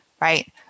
right